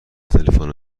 تلفن